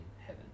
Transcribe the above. heaven